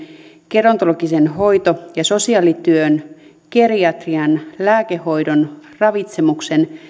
gerontologisen hoito ja sosiaalityön geriatrian lääkehoidon ravitsemuksen